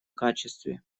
качестве